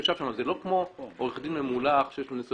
זה לא כמו עורך דין ממולח שיודע מה